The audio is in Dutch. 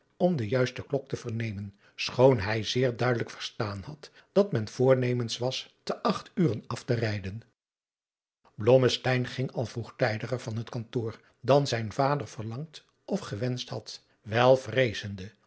om de juiste klok te vernemen schoon hij zeer duidelijk verstaan had dat men voornemens was te acht uren af te rijden blommesteyn ging al vroegtijdiger van het kantoor dan zijn vader verlangd of gewenscht had wel vreezende dat